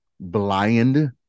blind